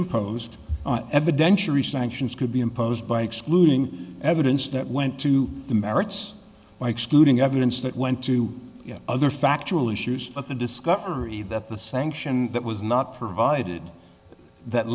essentials could be imposed by excluding evidence that went to the merits by excluding evidence that went to other factual issues of the discovery that the sanction that was not provided that